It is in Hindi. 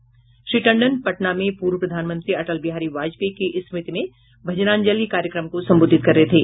पटना में श्री टंडन पूर्व प्रधानमंत्री अटल बिहारी वाजपेयी की स्मृति में भजनांजलि कार्यक्रम को संबोधित कर रहे थे